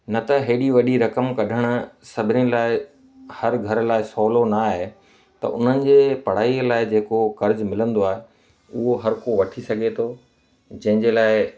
न त हेॾी वॾी रक़म कढणु सभिनी लाइ हर घर लाइ सवलो नाहे त उन्हनि जे पढ़ाई लाइ जेको कर्ज़ु मिलंदो आहे उहो हर को वठी सघे थो जंहिं जे लाइ